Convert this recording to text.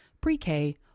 pre-K